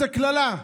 זו קללה,